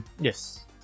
Yes